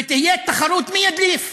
ותהיה תחרות מי ידליף.